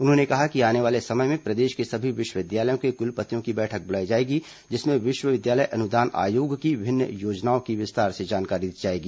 उन्होंने कहा कि आने वाले समय में प्रदेश के सभी विश्वविद्यालयों के कुलपतियों की बैठक बुलाई जाएगी जिसमें विश्वविद्यालय अनुदान आयोग की विभिन्न योजनाओं की विस्तार से जानकारी दी जाएगी